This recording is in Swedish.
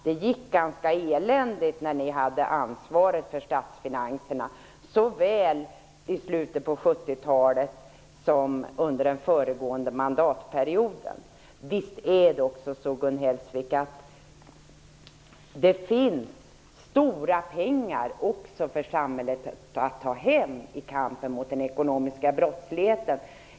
Det gick ganska eländigt när ni hade ansvaret för statsfinanserna såväl i slutet på 70-talet som under den föregående mandatperioden. Visst är det ändå så, Gun Hellsvik, att det finns stora pengar att ta hem också för samhället i kampen mot den ekonomiska brottsligheten?